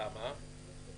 למה?